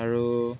আৰু